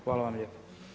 Hvala vam lijepo.